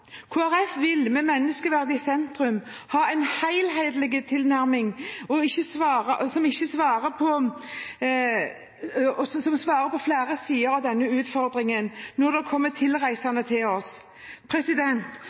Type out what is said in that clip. vi vil gjøre når utfordringen bare blir økende. Kristelig Folkeparti vil, med menneskeverdet i sentrum, ha en helhetlig tilnærming, som svarer på flere sider av denne utfordringen når det kommer tilreisende til